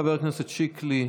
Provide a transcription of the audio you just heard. חבר הכנסת שיקלי,